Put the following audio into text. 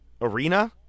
arena